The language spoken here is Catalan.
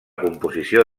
composició